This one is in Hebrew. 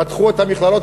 ופתחו את המכללות,